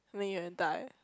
then you will die